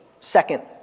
Second